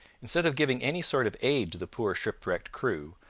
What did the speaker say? instead of giving any sort of aid to the poor shipwrecked crew,